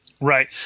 Right